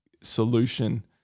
solution